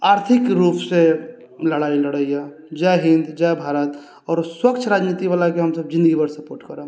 आर्थिक रूपसँ लड़ाइ लड़ैए जय हिन्द जय भारत आओर स्वच्छ राजनीतिवला के हमसब जिन्दगी भरि सपोर्ट करब